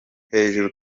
hejuru